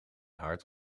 hart